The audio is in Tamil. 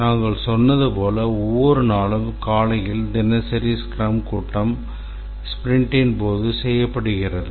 நாங்கள் சொன்னது போல் ஒவ்வொரு நாளும் காலையில் தினசரி ஸ்க்ரம் கூட்டம் ஸ்பிரிண்ட்டின் போது செய்யப்படுகிறது